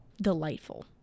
delightful